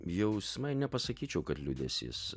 jausmai nepasakyčiau kad liūdesys